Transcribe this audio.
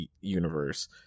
universe